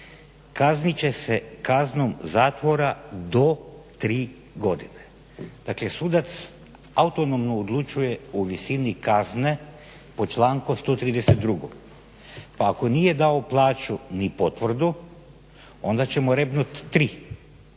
kaznit će se kaznom zatvora do 3 godine. Dakle sudac autonomno odlučuje o visini kazne po članku 132. pa ako nije dao plaču ni potvrdu onda ćemo rebnut tri,